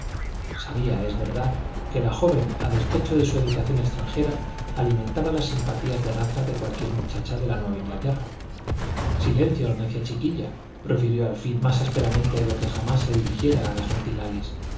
sabía es verdad que la joven a despecho de su educación extranjera alimentaba las simpatías de raza de cualquier muchacha de la nueva inglaterra silencio necia chiquilla profirió al fin más ásperamente de lo que jamás se dirigiera a la gentil álice